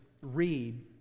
read